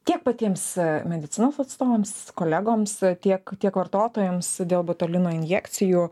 tiek patiems medicinos atstovams kolegoms tiek tiek vartotojams dėl botulino injekcijų